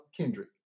Kendrick